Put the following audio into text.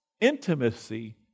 Intimacy